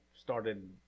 started